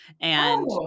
and-